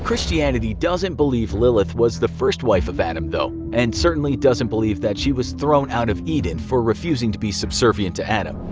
christianity doesn't believe that lilith was the first wife of adam though, and certainly doesn't believe that she was thrown out of eden for refusing to be subservient to adam.